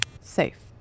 Safe